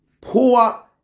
poor